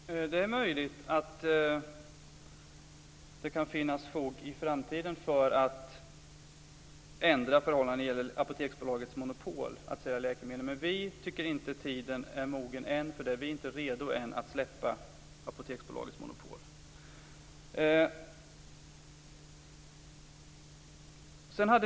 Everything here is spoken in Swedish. Fru talman! Det är möjligt att det kan finnas fog i framtiden för att ändra förhållandena när det gäller Apoteksbolagets monopol att sälja läkemedel. Men vi tycker inte att tiden är mogen än för det. Vi är inte redo att släppa Apoteksbolagets monopol än.